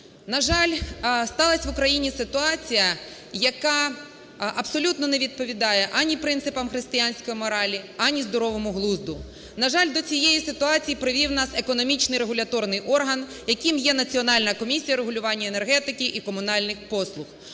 На жаль, сталась в Україні ситуація, яка абсолютно не відповідає ані принципам християнської моралі, ані здоровому глузду. На жаль, до цієї ситуації привів нас економічний регуляторний орган, яким є Національна комісія регулювання енергетики і комунальних послуг.